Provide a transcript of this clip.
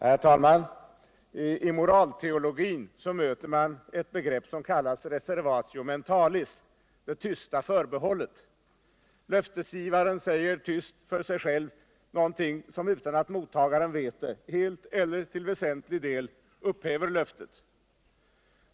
Herr talman! I moralteologin möter man ett begrepp, som kallats reservatio mentalis, det tysta förbehållet: löftesgivaren säger tyst för sig själv något som utan att mottagaren vet det helt eller till väsentlig del upphäver löftet.